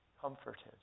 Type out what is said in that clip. Comforted